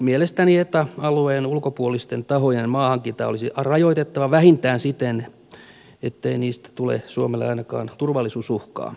mielestäni eta alueen ulkopuolisten tahojen maahankintaa olisi rajoitettava vähintään siten ettei siitä tule suomelle ainakaan turvallisuusuhkaa